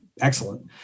excellent